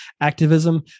activism